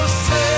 say